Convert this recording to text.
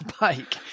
bike